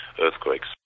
earthquakes